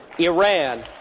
Iran